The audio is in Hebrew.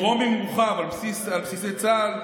"דרומי" מורחב על בסיסי צה"ל,